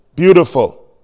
Beautiful